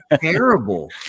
terrible